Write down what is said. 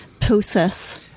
process